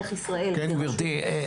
איך ישראל- -- גברתי,